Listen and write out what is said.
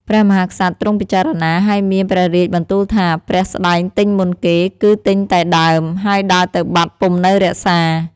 ព្រះមហាក្សត្រទ្រង់ពិចារណា ហើយមានព្រះរាជបន្ទូលថា “ព្រះស្តែងទិញមុនគេ គឺទិញតែដើម ហើយដើរទៅបាត់ពុំនៅរក្សា។